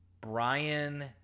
Brian